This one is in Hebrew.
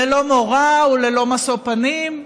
ללא מורא וללא משוא פנים,